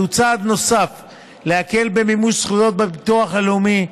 זהו צעד נוסף להקל במימוש זכויות בביטוח הלאומי.